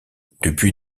depuis